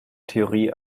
theorie